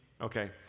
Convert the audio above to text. Okay